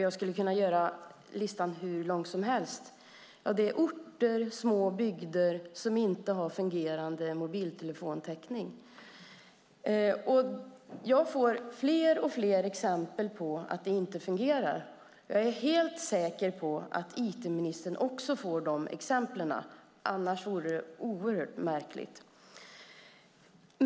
Jag skulle kunna göra listan hur lång som helst. Det är orter och små bygder som inte har fungerande mobiltelefontäckning. Jag får fler och fler exempel på att det inte fungerar. Jag är helt säker på att it-ministern också får de exemplen - annars vore det oerhört märkligt.